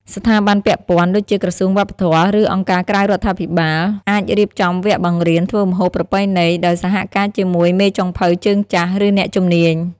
ស្ថាប័នពាក់ព័ន្ធ ដូចជាក្រសួងវប្បធម៌ ឬអង្គការក្រៅរដ្ឋាភិបាល អាចរៀបចំវគ្គបង្រៀនធ្វើម្ហូបប្រពៃណីដោយសហការជាមួយមេចុងភៅជើងចាស់ ឬអ្នកជំនាញ។